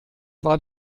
war